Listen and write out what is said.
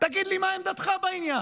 תגיד לי מה עמדתך בעניין?